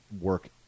work